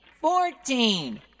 fourteen